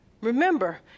Remember